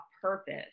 purpose